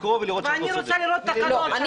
בעוד שנה אני רוצה לראות תקנות.